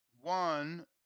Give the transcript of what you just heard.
One